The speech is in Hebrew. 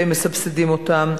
ומסבסדים אותם,